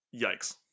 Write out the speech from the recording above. yikes